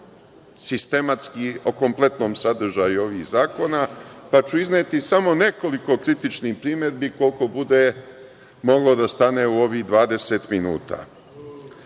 sistematski o kompletnom sadržaju ovih zakona, pa ću izneti samo nekoliko kritičnih primedbi koliko bude moglo da stane u ovih 20 minuta.